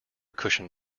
cushion